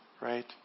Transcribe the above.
right